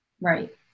Right